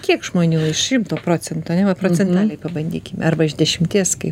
kiek žmonių iš šimto procentų ane vat procentaliai pabandykim arba iš dešimties kai